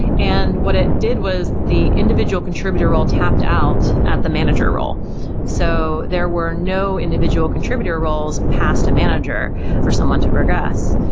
and what it did was the individual contributor role tapped out at the manager role so there were no individual contributor roles past a manager for someone to progress.